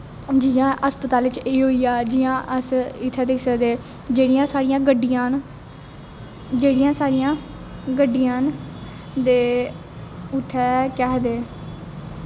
जियां अस्पतालें च एह् होई गेआ जियां अस इत्थै दिक्खी सकदे जेह्ड़ियां साढ़ियां गड्डियां न जेह्ड़ियां साढ़ियां गड्डियां न ते उत्थें केह् आखदे